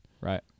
Right